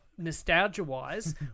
Nostalgia-wise